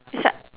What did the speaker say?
is like